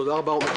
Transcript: תודה רבה, עומר.